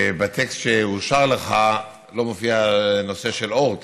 בטקסט שאושר לך לא מופיע הנושא של אורט,